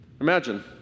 Imagine